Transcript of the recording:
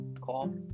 Call